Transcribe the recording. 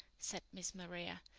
said miss maria,